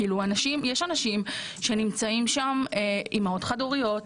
יש אנשים שנמצאים שם אימהות חד הוריות